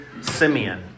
Simeon